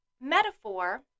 metaphor